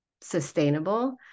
sustainable